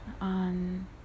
on